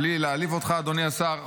בלי להעליב אותך אדוני השר,